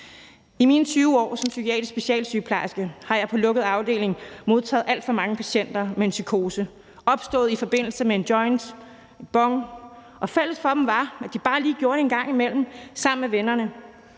I mine 20 år som psykiatrisk specialsygeplejerske har jeg på lukkede afdelinger modtaget alt for mange patienter med en psykose opstået i forbindelse med en joint eller bong, og fælles for dem var, at de bare lige gjorde det en gang imellem sammen med vennerne.